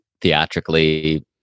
theatrically